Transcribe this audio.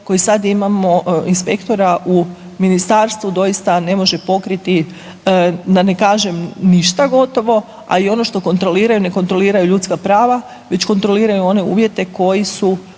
koji sad imamo inspektora u ministarstvu doista ne može pokriti da ne kaže ništa gotovo, a i ono što kontroliraju, ne kontroliraju ljudska prava već kontroliraju one uvjete koji su